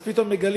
אז פתאום מגלים,